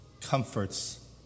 comforts